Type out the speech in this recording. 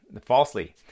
falsely